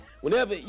Whenever